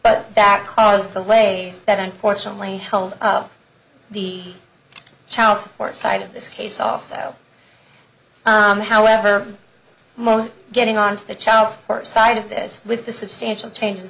but that caused delays that unfortunately held the child support side of this case also however mo getting on to the child support side of this with the substantial change